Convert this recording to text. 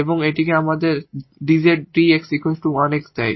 এবং এটি আমাদেরকে 𝑑𝑧 𝑑𝑥 1 𝑥 দেয়